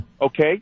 Okay